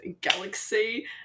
Galaxy